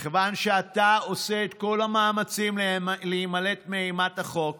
מכיוון שאתה עושה את כל המאמצים להימלט מאימת החוק